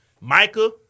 Micah